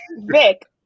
Vic